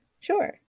sure